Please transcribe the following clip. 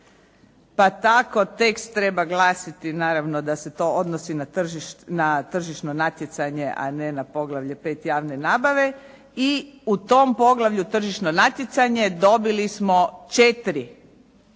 pa tako tekst treba glasiti, naravno da se to odnosi na tržišno natjecanje, a na poglavlje 5. – Javne nabave i u tom poglavlju tržišno natjecanje dobili smo četiri,